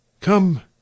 come